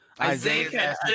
Isaiah